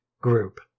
group